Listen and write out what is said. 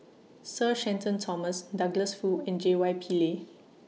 Sir Shenton Thomas Douglas Foo and J Y Pillay